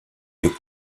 est